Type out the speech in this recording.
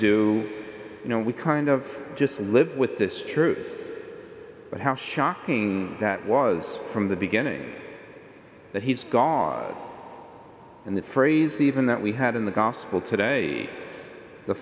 do you know we kind of just live with this truth but how shocking that was from the beginning that he's gone in the phrase even that we had in the gospel today the